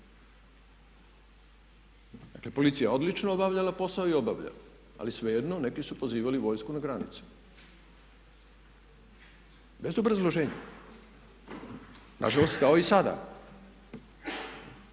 policija je odlično obavljala posao i obavlja ali svejedno neki su pozivali vojsku na granice, bez obrazloženja nažalost kao i sada.